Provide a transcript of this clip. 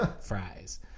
fries